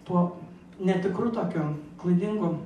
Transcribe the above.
tuo netikru tokiu klaidingu